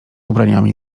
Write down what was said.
ubraniami